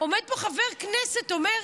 עומד פה חבר כנסת ואומר: